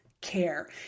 care